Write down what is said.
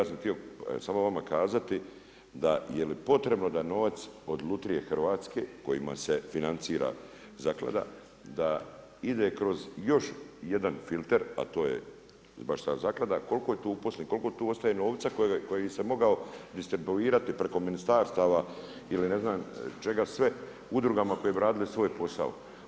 Ja sam htio samo vama kazati, da je li potrebno da novac od Lutrije hrvatske, kojima se financira zaklada, da ide kroz još jedan filter, a to je baš ta zaklada, koliko je tu uposlenih, koliko tu ostaje novca koji se mogao distribuirati preko ministarstava ili ne znam čega sve, udrugama koje bi radile svoj posao.